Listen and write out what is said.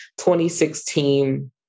2016